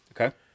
Okay